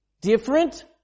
Different